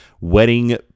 wedding